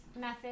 method